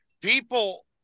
people